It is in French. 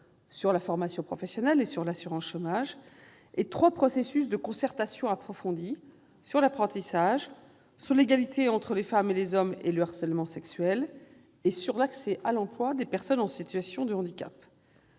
sur la formation professionnelle et l'assurance chômage, et de trois processus de concertation approfondie, sur l'apprentissage, sur l'égalité entre les femmes et les hommes et le harcèlement sexuel et sur l'accès à l'emploi des personnes en situation de handicap.